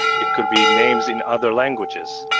it could be names in other languages.